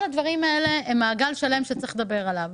כל הדברים האלה הם מעגל שלם שצריך לדבר עליו.